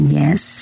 yes